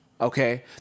Okay